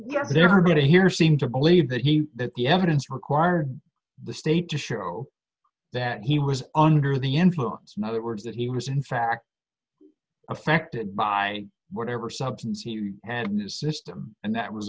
yet but everybody here seem to believe that he that the evidence required the state to show that he was under the influence and other words that he was in fact affected by whatever substance he and his system and that was